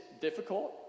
difficult